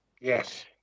yes